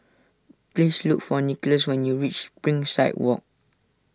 please look for Nicholas when you reach Springside Walk